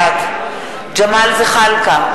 בעד ג'מאל זחאלקה,